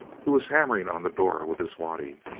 who was hammering on the door with his waddy.